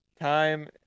time